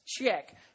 Check